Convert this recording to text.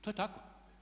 To je tako.